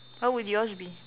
how would yours be